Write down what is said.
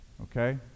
Okay